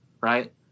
right